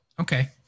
okay